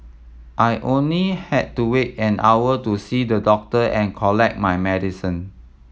I only had to wait an hour to see the doctor and collect my medicine